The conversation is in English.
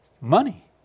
Money